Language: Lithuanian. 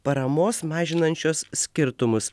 paramos mažinančios skirtumus